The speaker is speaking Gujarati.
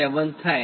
997 થાય